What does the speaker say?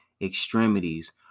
extremities